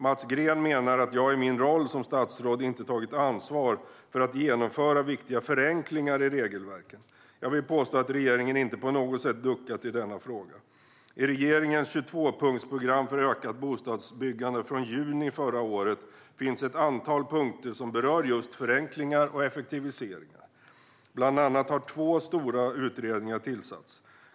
Mats Green menar att jag i min roll som statsråd inte har tagit ansvar för att genomföra viktiga förenklingar i regelverken. Jag vill påstå att regeringen inte på något sätt har duckat i denna fråga. I regeringens 22punktsprogram för ökat bostadsbyggande från juni förra året finns ett antal punkter som berör just förenklingar och effektiviseringar. Bland annat har två stora utredningar tillsatts.